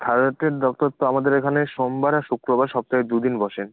থাইরয়েডের ডক্টর তো আমাদের এখানে সোমবার আর শুক্রবার সপ্তাহে দু দিন বসেন